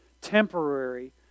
temporary